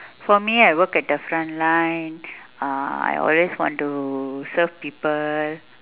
for me I work at the front line uh I always want to serve people